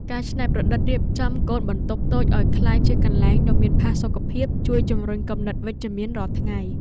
ការច្នៃប្រឌិតរៀបចំកូនបន្ទប់តូចឱ្យក្លាយជាកន្លែងដ៏មានផាសុកភាពជួយជម្រុញគំនិតវិជ្ជមានរាល់ថ្ងៃ។